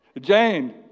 Jane